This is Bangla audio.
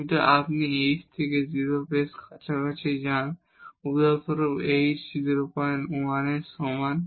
কিন্তু যদি আপনি h থেকে 0 এর বেশ কাছাকাছি যান উদাহরণস্বরূপ h 01 এর সমান